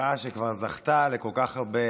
מחאה שכבר זכתה לכל כך הרבה